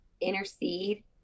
intercede